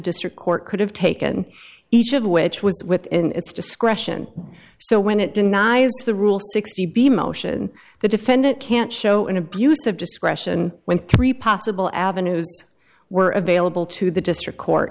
district court could have taken each of which was within its discretion so when it denies the rule sixty b motion the defendant can't show an abuse of discretion when three possible avenues were available to the district court